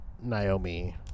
Naomi